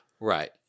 Right